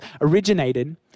originated